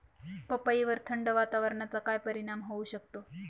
पपईवर थंड वातावरणाचा काय परिणाम होऊ शकतो?